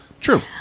True